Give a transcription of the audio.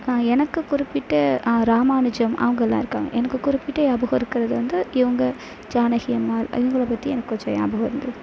எனக்கு குறிப்பிட்டு ராமானுஜம் அவங்கள்லாம் இருக்காங்க எனக்கு குறிப்பிட்டு ஞாபகம் இருக்கிறது வந்து இவங்க ஜானகி அம்மாள் இவங்கள பற்றி எனக்கு கொஞ்சம் ஞாபகம் இருந்தது